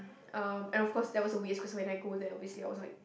um and of course there was a waste cause when I go there obviously I was like